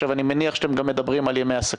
אני מניח שאתם גם מדברים על ימי עסקים.